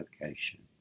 location